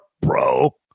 bro